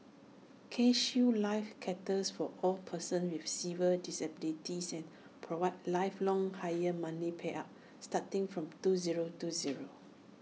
CareShield life caters for all persons with severe disabilities provides lifelong higher monthly payouts starting from two zero two zero